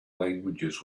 languages